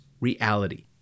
reality